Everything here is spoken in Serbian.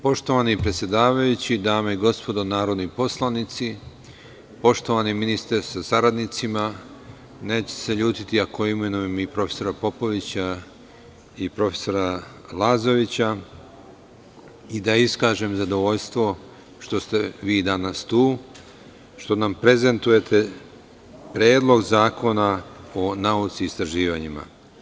Poštovani predsedavajući, dame i gospodo narodni poslanici, poštovani ministre sa saradnicima, neće se ljutiti ako imenujem i prof. Popovića i prof. Lazovića, i da iskažem zadovoljstvo što ste vi danas tu, što nam prezentujete Predlog zakona o nauci i istraživanjima.